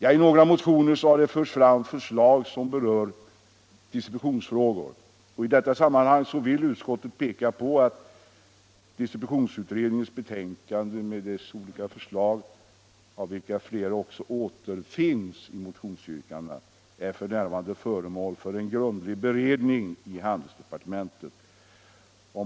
I några motioner har det förts fram förslag som berör distributionsfrågor. I detta sammanhang vill utskottet peka på att distributionsut 119 redningens betänkande med dess olika förslag, av vilka också några återfinns i motionsyrkandena, f. n. är föremål för en grundlig beredning inom handelsdepartementet.